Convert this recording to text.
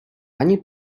ani